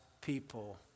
people